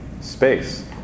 space